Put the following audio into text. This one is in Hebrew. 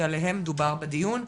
שעליהם דובר בדיון,